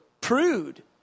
prude